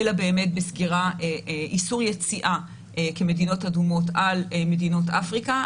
אלא באמת באיסור יציאה כמדינות אדומות על מדינות אפריקה.